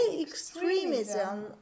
extremism